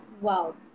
Wow